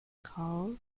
kao